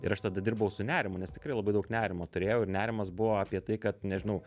ir aš tada dirbau su nerimu nes tikrai labai daug nerimo turėjau ir nerimas buvo apie tai kad nežinau